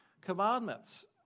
commandments